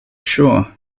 sure